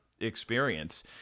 experience